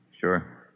Sure